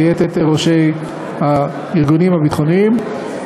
ויתר ראשי הארגונים הביטחוניים,